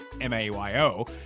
M-A-Y-O